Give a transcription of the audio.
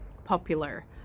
Popular